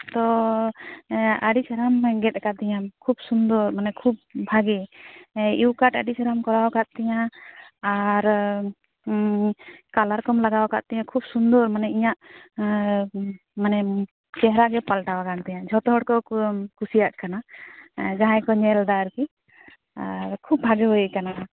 ᱛᱚ ᱟᱹᱰᱤ ᱪᱮᱨᱦᱟᱢ ᱜᱮᱫ ᱟᱠᱟᱫᱤᱧᱟᱹ ᱠᱷᱩᱵ ᱥᱩᱱᱫᱚᱨ ᱢᱟᱱᱮ ᱠᱷᱩᱵ ᱵᱷᱟᱹᱜᱤ ᱤᱭᱩ ᱠᱟᱴ ᱟᱹᱰᱤ ᱪᱮᱨᱦᱟᱢ ᱠᱚᱨᱟᱣ ᱟᱠᱟᱫ ᱛᱤᱧᱟᱹ ᱟᱨ ᱠᱟᱞᱟᱨ ᱠᱚᱢ ᱞᱟᱜᱟᱣ ᱟᱠᱟᱫ ᱛᱤᱧᱟᱹ ᱠᱷᱩᱵ ᱥᱩᱱᱫᱚᱨ ᱢᱟᱱᱮ ᱤᱧᱟᱹᱜ ᱢᱟᱱᱮ ᱪᱮᱦᱨᱟ ᱜᱮ ᱯᱟᱞᱴᱟᱣ ᱟᱠᱟᱱ ᱛᱤᱧᱟᱹ ᱡᱷᱚᱛᱚ ᱦᱚᱲ ᱠᱚ ᱠᱩᱥᱤᱭᱟᱜ ᱠᱟᱱᱟ ᱡᱟᱦᱟᱸᱭ ᱠᱚ ᱧᱮᱞ ᱮᱫᱟ ᱟᱨᱠᱤ ᱟᱨ ᱠᱷᱩᱵ ᱵᱷᱟᱹᱜᱤ ᱦᱩᱭ ᱠᱟᱱᱟ